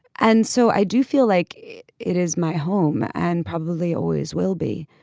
and so i do feel like it is my home and probably always will be